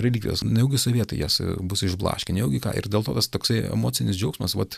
relikvijos nejaugi sovietai jas bus išblaškę nejaugi ką ir dėl to tas toksai emocinis džiaugsmas vat